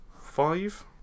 five